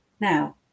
Now